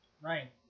Right